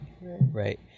Right